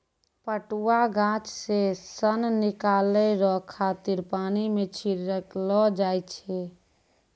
पटुआ गाछ से सन निकालै रो खातिर पानी मे छड़ैलो जाय छै